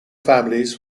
families